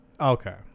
Okay